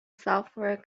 software